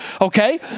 okay